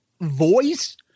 voice